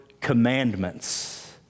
commandments